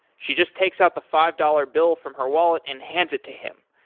she just takes out the five dollars bill from her wallet and hands it to him.